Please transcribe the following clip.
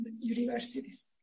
universities